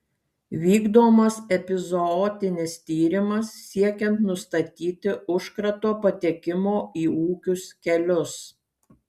vykdomas epizootinis tyrimas siekiant nustatyti užkrato patekimo į ūkius kelius